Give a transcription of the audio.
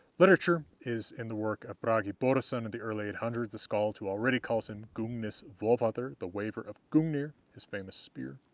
literature is in the work of bragi boddason in the early eight hundred s, the skald who already calls him gungnis vafadr, the waver of gungnir, his famous spear.